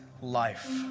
life